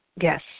Yes